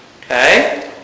Okay